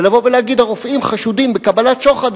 ולבוא ולהגיד: הרופאים חשודים בקבלת שוחד,